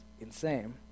insane